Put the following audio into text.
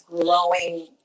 growing